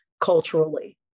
culturally